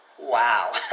Wow